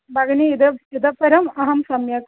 भगिनी इदं इतःपरम् अहं सम्यक्